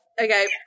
okay